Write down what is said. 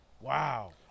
wow